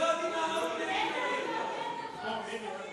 בבקשה, בואו נעשה את זה ענייני ומהיר.